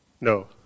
No